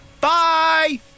Bye